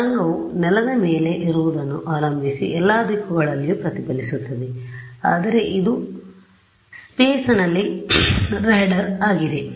ತರಂಗವು ನೆಲದ ಮೇಲೆ ಇರುವದನ್ನು ಅವಲಂಬಿಸಿ ಎಲ್ಲಾ ದಿಕ್ಕುಗಳಲ್ಲಿಯೂ ಪ್ರತಿಫಲಿಸುತ್ತದೆ ಆದರೆ ಇದು ಸ್ಪೇಸಲ್ಲಿ ರಾಡಾರ್ ಆಗಿದೆ